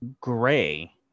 gray